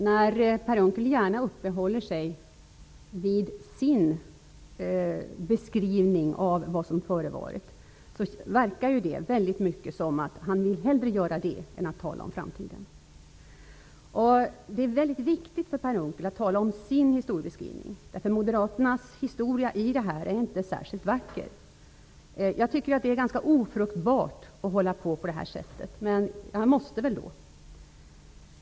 Herr talman! När Per Unckel gärna uppehåller sig vid sin beskrivning av vad som förevarit, verkar det väldigt mycket som att han hellre vill göra det än att tala om framtiden. Det är väldigt viktigt för Per Unckel att tala om sin historieskrivning, för Moderaternas historia i det här sammanhanget är inte särskilt vacker. Jag tycker att det är ganska ofruktbart att debattera på det sättet, men jag måste väl göra det då.